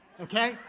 okay